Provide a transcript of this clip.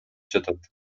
жатат